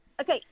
Okay